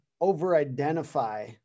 over-identify